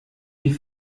die